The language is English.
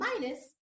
minus